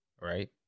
right